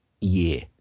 year